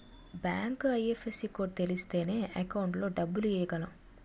bank IFSC code తెలిస్తేనే account లో డబ్బులు ఎయ్యగలం